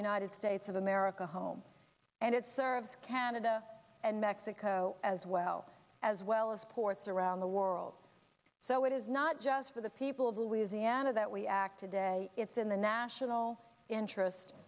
united states of america home and it serves canada and mexico as well as well as ports around the world so it is not just for the people of louisiana that we act today it's in the national interest